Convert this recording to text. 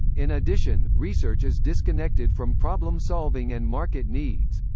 in addition, research is disconnected from problem-solving and market needs.